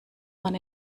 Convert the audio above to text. man